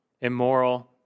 immoral